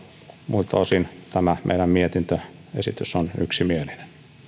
muilta osin tämä meidän mietintömme on yksimielinen